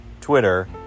Twitter